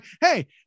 Hey